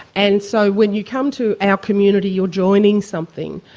and so when you come to our community you're joining something.